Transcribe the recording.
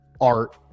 art